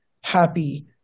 happy